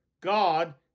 God